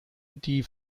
die